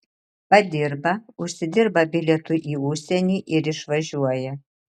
padirba užsidirba bilietui į užsienį ir išvažiuoja